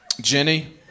Jenny